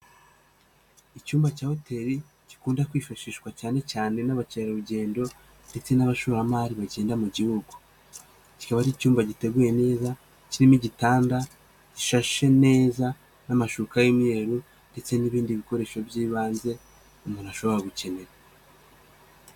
Icyumba cya hoteli, gikunda kwifashishwa cyane cyane n'abakerarugendo ndetse n'abashoramari bagenda mu gihugu, kikaba ari icyumba giteguye neza, kirimo igitanda, gishashe neza n'amashuka y'immweruru ndetse n'ibindi bikoresho by'ibanze, umuntu ashobora gukenera.